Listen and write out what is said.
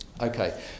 Okay